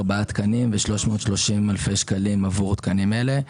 4 תקנים ו-330 אלפי שקלים עבור תקנים אלה,